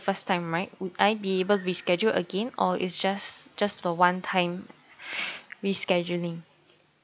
first time right would I be able reschedule again or it's just just the one time rescheduling